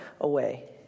away